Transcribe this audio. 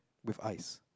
with ice